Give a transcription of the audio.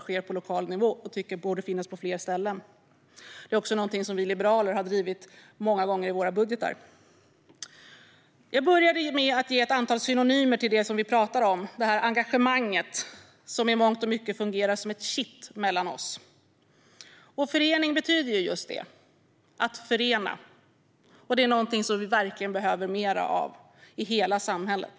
Det sker på lokal nivå, och jag tycker att det borde finnas på fler ställen. Det är också någonting som vi liberaler har drivit många gånger i våra budgetar. Jag började med att ge ett antal synonymer till det som vi pratar om - det engagemang som i mångt och mycket fungerar som ett kitt mellan oss. Förening betyder just det: att förena. Det är någonting som vi verkligen behöver mer av i hela samhället.